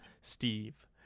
steve